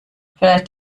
vielleicht